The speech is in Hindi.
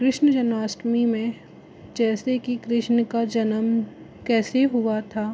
कृष्ण जन्माष्टमी में जैसे कि कृष्ण का जन्म कैसे हुआ था